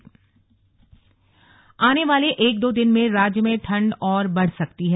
slug मौसम आने वाले एक दो दिन में राज्य में ठंड और बढ़ सकती है